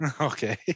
Okay